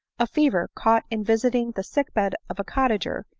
a fever, caught in visiting the sick bed of a cottager,